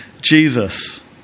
Jesus